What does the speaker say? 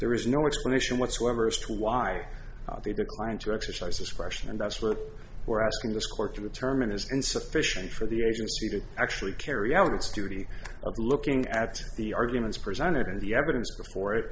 there is no explanation whatsoever as to why they declined to exercise discretion and that's what we're asking this court to determine is insufficient for the agency to actually carry out its duty of looking at the arguments presented and the evidence before it